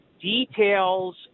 details